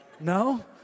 No